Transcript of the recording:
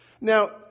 Now